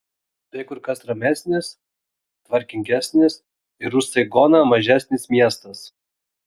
tai kur kas ramesnis tvarkingesnis ir už saigoną mažesnis miestas